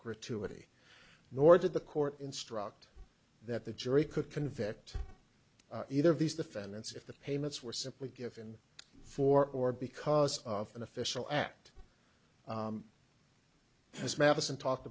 gratuity nor did the court instruct that the jury could convict either of these defendants if the payments were simply given for or because of an official act as madison talked